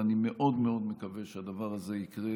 ואני מאוד מאוד מקווה שהדבר הזה יקרה,